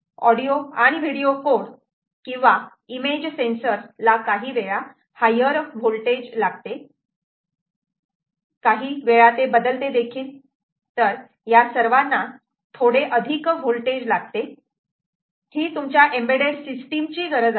audio आणि video code किंवा image sensor ला काहीवेळा हायर होल्टेज लागते काहीवेळा ते बदलते देखील तर या सर्वांना थोडे अधिक व्होल्टेज लागते ही तुमच्या एम्बेड्डेड सिस्टिम ची गरज आहे